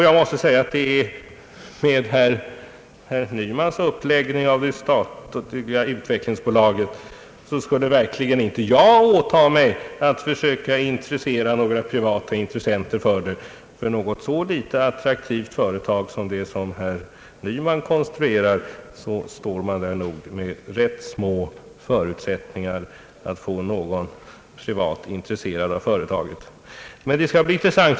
Jag måste säga att med herr Nymans uppläggning av det statliga utvecklingsbolaget skulle verkligen inte jag åta mig att försöka värva några privata intressenter för det. Med ett så litet attraktivt företag som det herr Nyman konstruerar står man där nog med rätt små förutsättningar att kunna intressera några privata intressenter för företaget.